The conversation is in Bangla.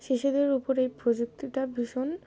শিশুদের উপর এই প্রযুক্তিটা ভীষণ